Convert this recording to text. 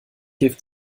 hilft